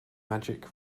magic